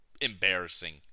embarrassing